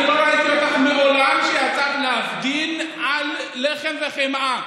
אני מעולם לא ראיתי אותך שיצאת להפגין על לחם וחמאה.